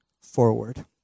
forward